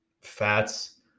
fats